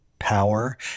power